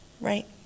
Right